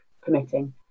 permitting